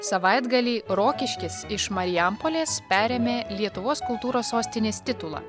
savaitgalį rokiškis iš marijampolės perėmė lietuvos kultūros sostinės titulą